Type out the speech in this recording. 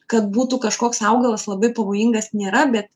kad būtų kažkoks augalas labai pavojingas nėra bet